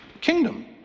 Kingdom